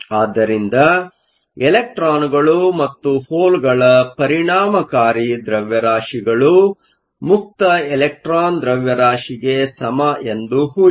ಆದ್ದರಿಂದ ಎಲೆಕ್ಟ್ರಾನ್ ಗಳು ಮತ್ತು ಹೋಲ್ಗಳ ಪರಿಣಾಮಕಾರಿ ದ್ರವ್ಯರಾಶಿಗಳು ಮುಕ್ತ ಎಲೆಕ್ಟ್ರಾನ್ ದ್ರವ್ಯರಾಶಿಗೆ ಸಮ ಎಂದು ಊಹಿಸಿ